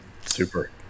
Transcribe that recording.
super